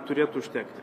turėtų užtekti